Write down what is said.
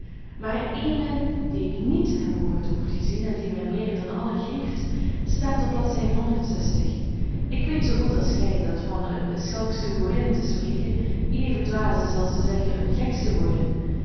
maar ééne die ik niet heb over t hoofd gezien en die mij meer dan alle grieft staat op bladzij ik weet zoo goed als gij dat van een schalksche boerin te spreken even dwaas is als te zeggen een geksche